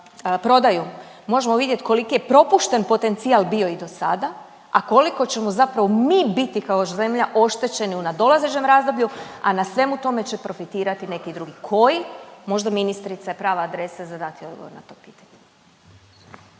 možemo vidjeti koliki je propušteni potencijal bio i dosada, a koliki ćemo zapravo mi biti kao zemlja oštećeni u nadolazećem razdoblju, a na svemu tome će profitirati neki drugi. Koji? Možda ministrica je prava adresa za dati odgovor na to pitanje.